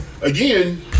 again